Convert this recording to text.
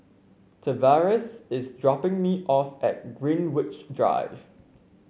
Tavares is dropping me off at Greenwich Drive